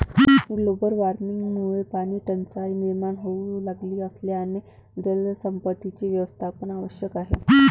global वॉर्मिंगमुळे पाणीटंचाई निर्माण होऊ लागली असल्याने जलसंपत्तीचे व्यवस्थापन आवश्यक आहे